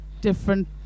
different